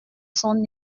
son